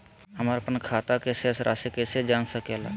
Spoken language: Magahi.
हमर अपन खाता के शेष रासि कैसे जान सके ला?